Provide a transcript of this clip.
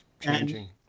changing